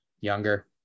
Younger